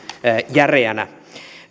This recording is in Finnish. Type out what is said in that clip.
järeänä